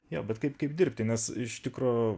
jo bet kaip kaip dirbti nes iš tikro